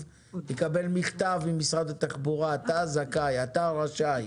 יקבל מכתב ממשרד התחבורה: אתה זכאי, אתה רשאי.